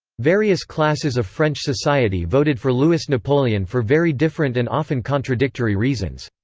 various classes of french society voted for louis napoleon for very different and often contradictory reasons.